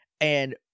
and-